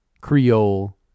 Creole